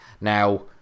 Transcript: now